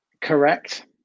Correct